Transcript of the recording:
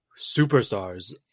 superstars